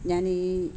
ഞാൻ ഈ